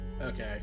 Okay